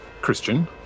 Christian